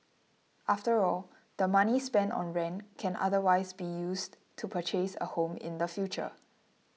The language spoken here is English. after all the money spent on rent can otherwise be used to purchase a home in the future